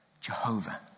Jehovah